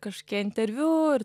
kažkokie interviu ir